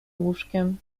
łóżkiem